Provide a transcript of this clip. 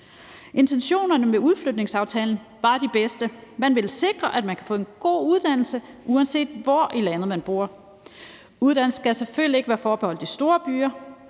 Intentionerne med udflytningsaftalen var de bedste. Man ville sikre, at man kunne få en god uddannelse, uanset hvor i landet man bor. Uddannelse skal selvfølgelig ikke være forbeholdt de store byer,